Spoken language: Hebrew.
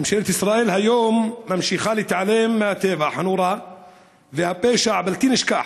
ממשלת ישראל היום ממשיכה להתעלם מהטבח הנורא ומהפשע הבלתי-נשכח.